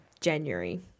January